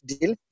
deal